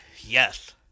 yes